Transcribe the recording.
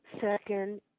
Second